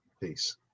Peace